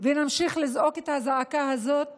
ונמשיך לזעוק את הזעקה הזאת